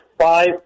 five